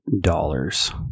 dollars